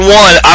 one